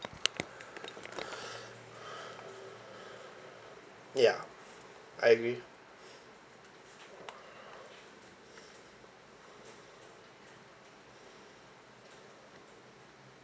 ya I agree